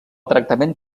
tractament